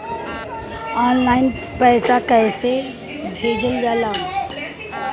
Online पैसा कैसे भेजल जाला?